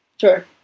Sure